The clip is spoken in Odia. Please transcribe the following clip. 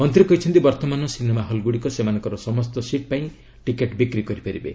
ମନ୍ତ୍ରୀ କହିଛନ୍ତି ବର୍ଭମାନ ସିନେମା ହଲ୍ଗୁଡ଼ିକ ସେମାନଙ୍କର ସମସ୍ତ ସିଟ୍ ପାଇଁ ଟିକେଟ୍ ବିକ୍ରି କରିପାରିବେ